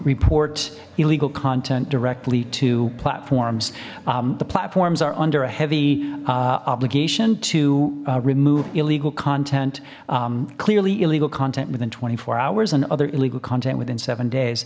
report illegal content directly to platform the platform's are under a heavy obligation to remove illegal content clearly illegal content within twenty four hours and other illegal content within seven days